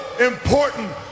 important